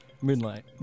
Moonlight